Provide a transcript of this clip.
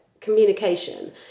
communication